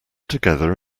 together